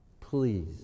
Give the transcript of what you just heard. please